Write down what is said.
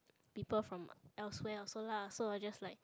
people from elsewhere also lah so I just like